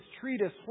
treatise